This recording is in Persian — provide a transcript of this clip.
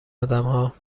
آدمها